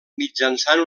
mitjançant